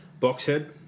Boxhead